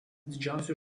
didžiausių